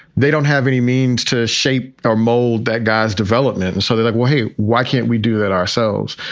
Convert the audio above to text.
they don't have any means to shape or mold that guy's development. and so they're like, well, hey, why can't we do that ourselves?